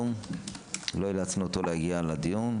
לא אילצנו אותו להגיע לדיון.